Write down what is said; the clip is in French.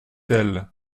elle